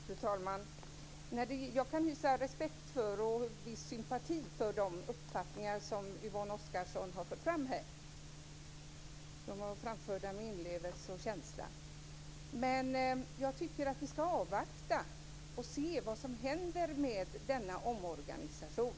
Fru talman! Jag kan hysa respekt för och ha viss sympati för de uppfattningar som Yvonne Oscarsson har fört fram här. De framfördes med inlevelse och känsla. Men jag tycker att vi först skall avvakta och se vad som händer med denna omorganisation.